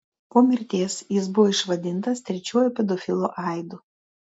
po mirties jis buvo išvadintas trečiuoju pedofilu aidu